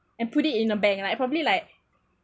and put it in a bank like probably like